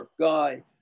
guy